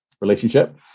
relationship